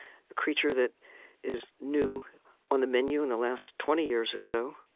a creature that is new on the menu in the last twenty years or so,